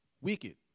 Wicked